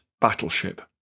battleship